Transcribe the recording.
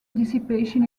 dissipation